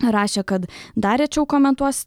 rašė kad dar rečiau komentuos